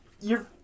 You're-